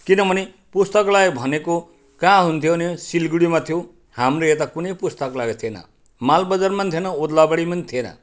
किनभने पुस्तकालय भनेको कहाँ हुन्थ्यो भने सिलगढीमा थियो हाम्रो यता कुनै पुस्तकालय थिएन माल बजारमा नि थिएन ओदलाबारीमा नि थिएन